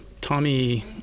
Tommy